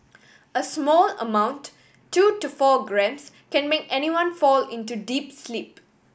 a small amount two to four grams can make anyone fall into deep sleep